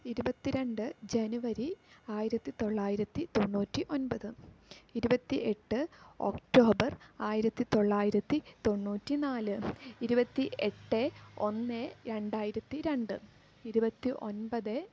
ഇരുപത്തി രണ്ട് ജനുവരി ആയിരത്തി തൊള്ളായിരത്തി തൊണ്ണൂറ്റി ഒൻപത് ഇരുപത്തി എട്ട് ഒക്ടോബർ ആയിരത്തി തൊള്ളായിരത്തി തൊണ്ണൂറ്റി നാല് ഇരുപത്തി എട്ട് ഒന്ന് രണ്ടായിരത്തി രണ്ട് ഇരുപത്തി ഒൻപത്